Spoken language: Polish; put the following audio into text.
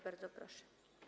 Bardzo proszę.